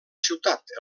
ciutat